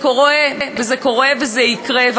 זה קורה וזה יקרה,